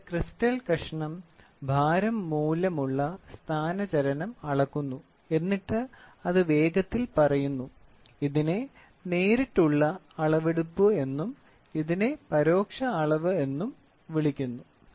അതിനാൽ ഇവിടെ ക്രിസ്റ്റൽ കഷണം ഭാരം മൂലമുള്ള സ്ഥാനചലനം അളക്കുന്നു എന്നിട്ട് അത് വേഗത്തിൽ പറയുന്നു ഇതിനെ നേരിട്ടുള്ള അളവെടുപ്പ് എന്നും ഇതിനെ പരോക്ഷ അളവ് എന്നും വിളിക്കുന്നു